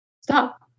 stop